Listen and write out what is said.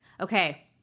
Okay